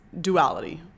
duality